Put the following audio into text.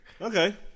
Okay